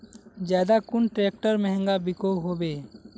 ज्यादा कुन ट्रैक्टर महंगा बिको होबे?